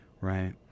right